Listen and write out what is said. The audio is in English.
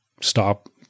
stop